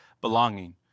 belonging